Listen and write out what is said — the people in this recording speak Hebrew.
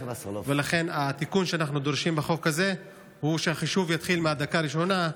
ולכן התיקון שאנחנו דורשים בחוק הזה הוא שהחישוב יתחיל מהדקה הראשונה,